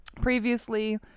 previously